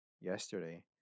yesterday